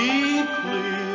Deeply